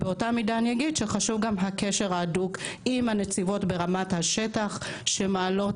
באותה מידה אני אגיד שגם הקשר ההדוק עם הנציבות בשטח שמעלות